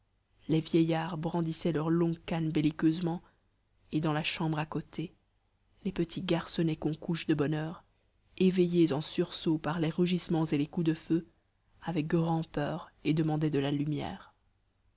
les vieillards brandissaient leurs longues page cannes belliqueusement et dans la chambre à côté les petits garçonnets qu'on couche de bonne heure éveillés en sursaut par les rugissements et les coups de feu avaient grand'peur et demandaient de la lumière